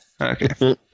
Okay